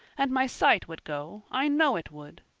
and my sight would go i know it would.